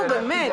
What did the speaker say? נו באמת.